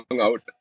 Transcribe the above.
out